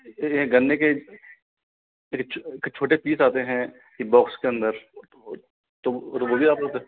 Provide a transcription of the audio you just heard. ये गन्ने के छोटे पीस आते है बॉक्स के अंदर तो वो भी आप लोग